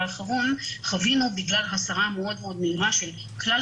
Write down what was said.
האחרון חווינו בגלל הסרה מאוד מאוד מהירה של כלל